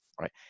right